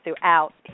throughout